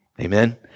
Amen